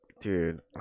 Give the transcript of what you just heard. Dude